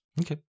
Okay